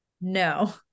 no